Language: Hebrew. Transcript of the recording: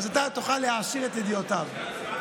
אתה תוכל להעשיר את ידיעותיו.